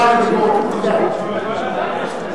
זה הצעת חוק, יש הצעה נוספת.